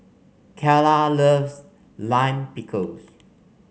Keyla loves Lime Pickles